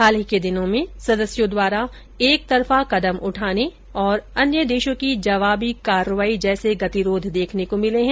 हाल के दिनों में सदस्यों द्वारा एक तरफा कदम उठाने और अन्य देशों की जवाबी कार्रवाई जैसे गतिरोध देखने को मिले हैं